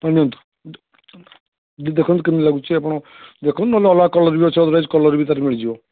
ହଁ ନିଅନ୍ତୁ ଦେଖନ୍ତୁ କେମତି ଲାଗୁଛି ଆପଣ ଦେଖନ୍ତୁ ନହେଲେ ଅଲଗା କଲର୍ ବି ଅଛି ଅଲଗା କଲର୍ ବି ତାର ମିଳିଯିବ